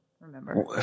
remember